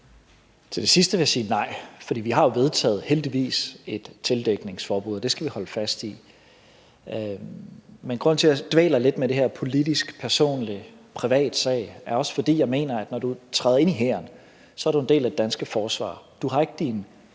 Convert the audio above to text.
sidste vil jeg sige nej, for vi har jo heldigvis vedtaget et tildækningsforbud, og det skal vi holde fast i. Men grunden til, at jeg dvæler lidt ved det her med, om det er en politisk eller en privat sag, er også, at jeg mener, at når du træder ind i hæren, så er du en del af det danske forsvar – du har ikke dine